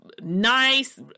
nice